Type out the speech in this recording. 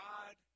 God